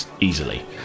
easily